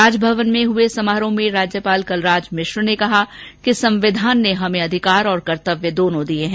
राजभवन में आयोजित हुए समारोह में राज्यपाल कलराज मिश्र ने कहा कि संविधान ने हमें अधिकार और कर्त्तव्य दोनों दिये है